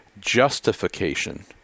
justification